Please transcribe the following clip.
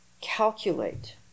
calculate